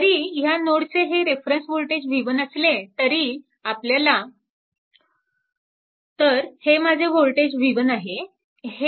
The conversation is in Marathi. जरी ह्या नोडचे हे रेफरन्स वोल्टेज v1 असले तरी आपल्याला तर हे माझे वोल्टेज v1 आहे